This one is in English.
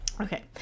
Okay